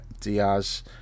Diaz